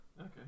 Okay